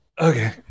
Okay